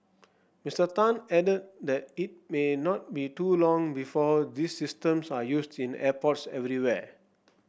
Mister Tan added that it may not be too long before these systems are used in airports everywhere